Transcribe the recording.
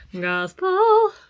gospel